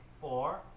four